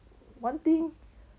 one thing